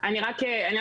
אני רק אוסיף.